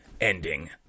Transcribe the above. ending